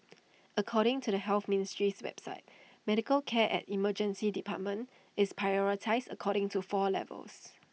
according to the health ministry's website medical care at emergency departments is prioritised according to four levels